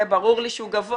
זה ברור לי שהוא גבוה,